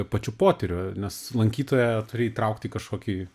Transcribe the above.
pačiu potyriu nes lankytoją turi įtraukti į kažkokį